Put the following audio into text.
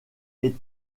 est